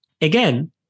again